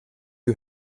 you